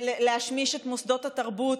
להשמיש את מוסדות התרבות,